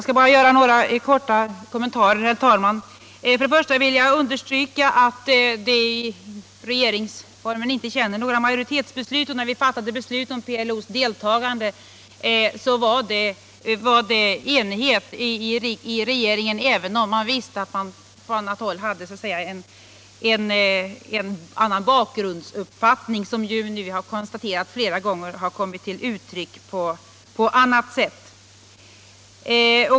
Herr talman! Jag vill understryka att regeringsformen inte känner några majoritetsbeslut. När vi fattade beslutet om PLO:s deltagande rådde enighet i regeringen, även om vi naturligtvis visste att det på en del håll fanns en annan bakgrundsuppfattning, vilket nu har kommit till uttryck på annat sätt.